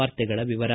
ವಾರ್ತೆಗಳ ವಿವರ